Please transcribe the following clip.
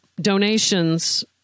donations